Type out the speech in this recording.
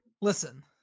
Listen